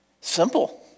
Simple